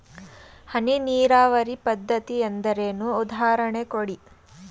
ಹನಿ ನೀರಾವರಿ ಪದ್ಧತಿ ಎಂದರೇನು, ಉದಾಹರಣೆ ಕೊಡಿ?